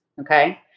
Okay